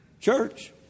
Church